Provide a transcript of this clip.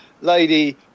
lady